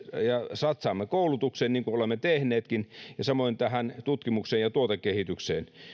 satsaamme koulutukseen niin kuin olemme tehneetkin ja samoin tutkimukseen ja tuotekehitykseen